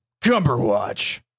Cumberwatch